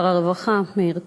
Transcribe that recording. שר הרווחה מאיר כהן,